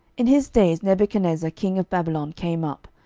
in his days nebuchadnezzar king of babylon came up,